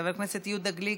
חבר הכנסת יהודה גליק,